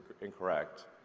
incorrect